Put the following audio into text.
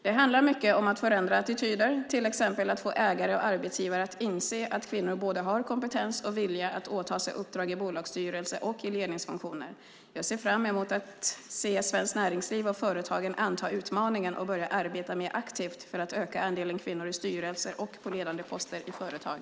Det handlar mycket om att förändra attityder, till exempel att få ägare och arbetsgivare att inse att kvinnor har både kompetens och vilja att åta sig uppdrag i bolagsstyrelser och i ledningsfunktioner. Jag ser fram emot att se Svenskt Näringsliv och företagen anta utmaningen och börja arbeta mer aktivt för att öka andelen kvinnor i styrelser och på ledande poster i företag.